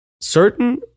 Certain